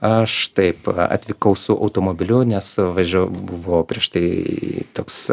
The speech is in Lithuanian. aš taip atvykau su automobiliu nes važiav buvo prieš tai toks